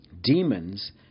demons